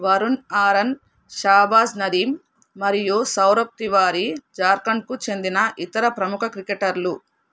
వరుణ్ ఆరన్ షాబాజ్ నదీమ్ మరియు సౌరభ్ తివారీ జార్ఖండ్కు చెందిన ఇతర ప్రముఖ క్రికెటర్లు